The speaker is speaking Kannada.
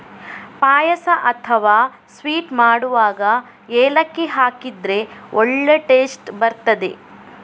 ಪಾಯಸ ಅಥವಾ ಸ್ವೀಟ್ ಮಾಡುವಾಗ ಏಲಕ್ಕಿ ಹಾಕಿದ್ರೆ ಒಳ್ಳೇ ಟೇಸ್ಟ್ ಬರ್ತದೆ